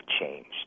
changed